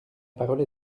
parole